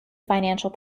financial